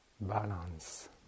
balance